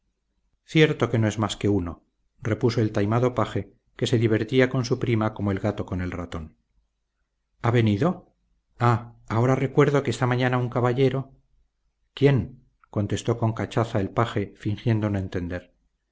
cierto que no es más que uno repuso el taimado paje que se divertía con su prima como el gato con el ratón ha venido ah ahora recuerdo que esta mañana un caballero quién contestó con cachaza el paje fingiendo no entender